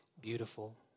beautiful